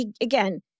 again